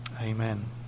Amen